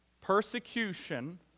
Persecution